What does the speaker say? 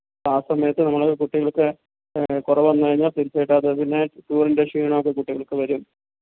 അപ്പം ആ സമയത്ത് നമ്മൾ കുട്ടികൾക്ക് കുറവെന്നു കഴിഞ്ഞാൽ തീർച്ചയായിട്ടുമത് പിന്നെ ടൂറിൻ്റെ ക്ഷീണമൊക്കെ കുട്ടികൾക്ക് വരും